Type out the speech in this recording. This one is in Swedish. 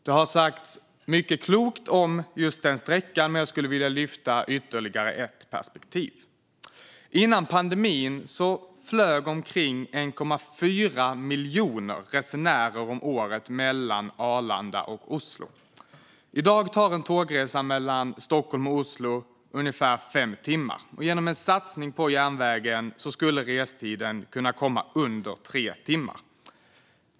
Det har sagts mycket klokt om den sträckan, men jag skulle vilja lyfta upp ytterligare ett perspektiv. Innan pandemin flög omkring 1,4 miljoner resenärer om året mellan Arlanda och Oslo. I dag tar en tågresa mellan Stockholm och Oslo ungefär fem timmar. Genom en satsning på järnvägen skulle restiden sänkas till under tre timmar.